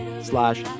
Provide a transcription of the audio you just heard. slash